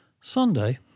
Sunday